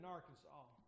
Arkansas